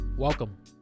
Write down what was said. Welcome